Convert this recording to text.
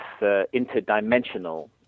interdimensional